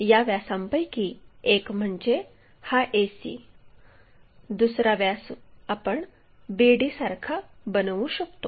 या व्यासांपैकी एक म्हणजे हा AC दुसरा व्यास आपण BD सारखा बनवू शकतो